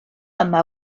yma